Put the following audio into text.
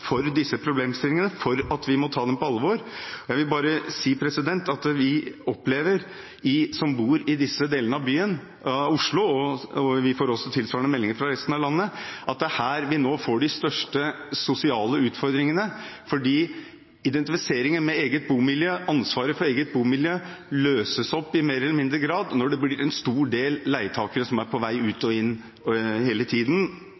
for disse problemstillingene, og for at vi må ta dem på alvor. Vi som bor i disse delene av Oslo, opplever – vi får også tilsvarende meldinger fra resten av landet – at det er her vi nå får de største sosiale utfordringene, fordi identifiseringen med eget bomiljø, og ansvaret for eget bomiljø, løses opp i større eller mindre grad når en stor del leietakere hele tiden, eller i hvert fall stadig, er på vei ut